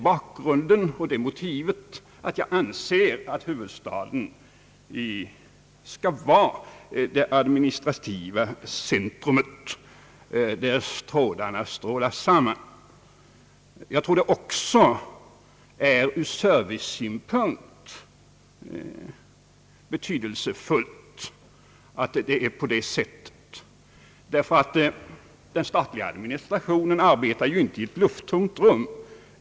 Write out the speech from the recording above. Bakgrunden och motivet är att jag anser att huvudstaden skall vara det administrativa centrum där allt strålar samman. Jag tror också att det ur servicesynpunkt är betydelsefullt att det är på detta sätt, ty den statliga administrationen arbetar ju inte i ett lufttomt rum.